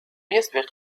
يسبق